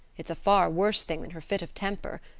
it's a far worse thing than her fit of temper.